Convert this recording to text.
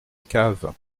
caves